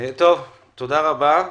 תודה רבה.